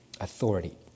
authority